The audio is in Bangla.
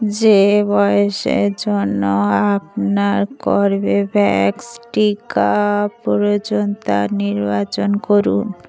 যে বয়সের জন্য আপনার কর্বেভ্যাক্স টিকার প্রয়োজনীয়তা নির্বাচন করুন